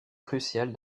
crucial